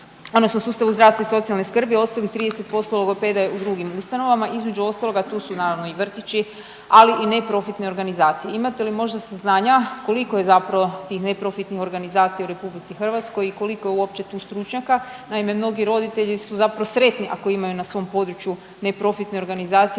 odnosno sustavu zdravstva i socijalne skrbi, ostalih 30% logopeda je u drugim ustanovama, između ostaloga tu su naravno i vrtići, ali i neprofitne organizacije. Imate li možda saznanja koliko je zapravo tih neprofitnih organizacija u RH i koliko je tu uopće stručnjaka? Naime, mnogi roditelji su zapravo sretni ako imaju na svom području neprofitne organizacije